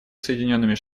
соединенными